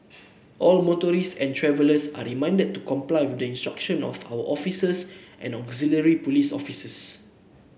all motorists and travellers are reminded to comply with the instruction of our officers and auxiliary police officers